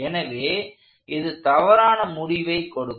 எனவே இது தவறான முடிவை கொடுக்கும்